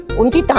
will be